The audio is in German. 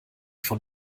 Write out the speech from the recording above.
von